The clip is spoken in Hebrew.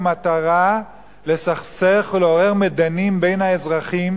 מטרה לסכסך ולעורר מדנים בין האזרחים,